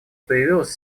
появилась